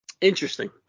Interesting